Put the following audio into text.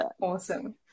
awesome